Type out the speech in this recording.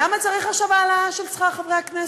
למה צריך עכשיו העלאה של שכר חברי הכנסת?